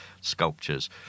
sculptures